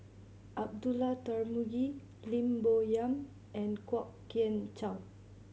Abdullah Tarmugi Lim Bo Yam and Kwok Kian Chow